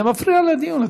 זה מפריע לדיון.